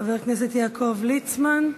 חבר הכנסת יעקב ליצמן,